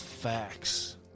facts